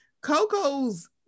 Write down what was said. Coco's